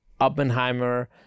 Oppenheimer